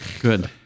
Good